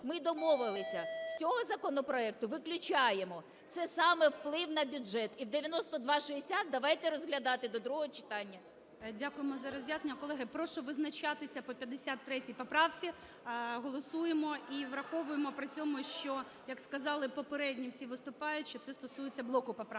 ми домовилися, з цього законопроекту виключаємо. Це саме вплив на бюджет. І в 9260 давайте розглядати до другого читання. ГОЛОВУЮЧИЙ. Дякуємо за роз'яснення. Колеги, прошу визначатися по 53 поправці. Голосуємо і враховуємо при цьому, що, як сказали попередні всі виступаючі, це стосується блоку поправок